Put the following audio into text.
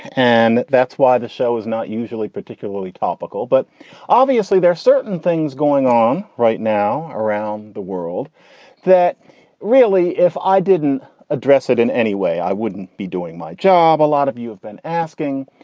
and that's why the show is not usually particularly topical. but obviously, there are certain things going on right now around the world that really if i didn't address it in any way, i wouldn't be doing my job. a lot of you have been asking.